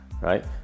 right